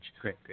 great